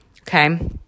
okay